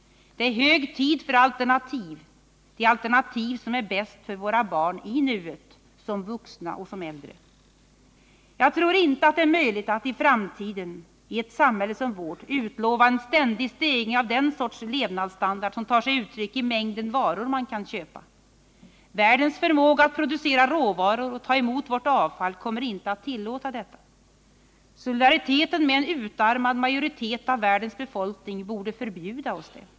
Det är hög tid för alternativ — alternativ som är bäst för våra barn i nuet, som vuxna och som äldre. Jag tror inte att det är möjligt att i framtiden, i ett samhälle som vårt, utlova en ständig stegring av den sorts levnadsstandard som tar sig uttryck i mängden varor som man kan köpa. Världens förmåga att producera råvaror och ta emot vårt avfall kommer inte att tillåta detta. Solidariteten med en utarmad majoritet av världens befolkning borde förbjuda oss det.